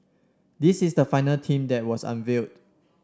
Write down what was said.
this is the final team that was unveiled